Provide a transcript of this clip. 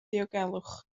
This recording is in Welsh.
diogelwch